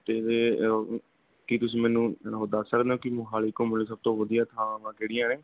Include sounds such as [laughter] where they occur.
ਅਤੇ ਕੀ ਤੁਸੀਂ ਮੈਨੂੰ [unintelligible] ਦੱਸ ਸਕਦੇ ਹੋ ਕਿ ਮੋਹਾਲੀ ਘੁੰਮਣ ਲਈ ਸਭ ਤੋਂ ਵਧੀਆ ਥਾਵਾਂ ਕਿਹੜੀਆਂ ਹੈ